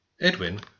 Edwin